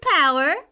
power